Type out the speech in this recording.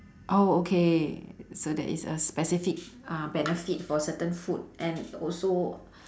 oh okay so that is a specific uh benefit for certain food and also